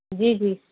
جی جی